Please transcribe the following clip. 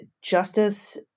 justice